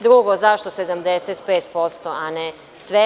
Drugo, zašto 75%, a ne sve.